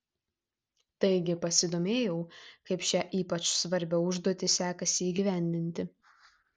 taigi pasidomėjau kaip šią ypač svarbią užduotį sekasi įgyvendinti